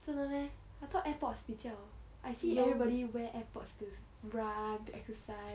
真的 meh I thought airpods 比较 I see everybody wear airpods to run to exercise